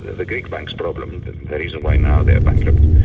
the the greek banks' problem, and the reason why now they're bankrupt,